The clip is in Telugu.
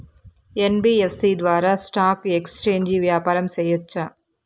యన్.బి.యఫ్.సి ద్వారా స్టాక్ ఎక్స్చేంజి వ్యాపారం సేయొచ్చా?